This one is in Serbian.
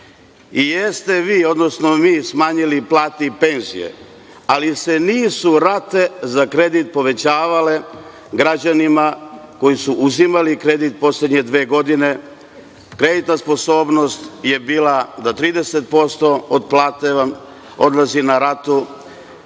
I, jeste vi, odnosno mi smanjili plate i penzije, ali se nisu rate za kredit povećavale građanima koji su uzimali kredit u poslednje dve godine. Kreditna sposobnost je bila -do 30% od plate vam odlazi na ratu. Ti